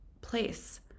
place